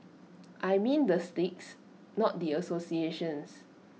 I mean the sticks not the associations